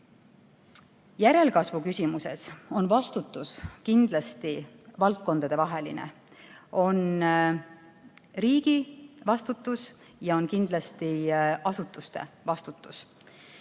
Järelkasvu osas on vastutus kindlasti valdkondadevaheline, aga on ka riigi vastutus ja kindlasti asutuste vastutus.